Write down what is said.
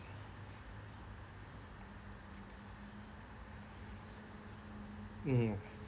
mm